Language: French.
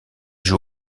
joue